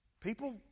People